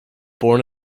born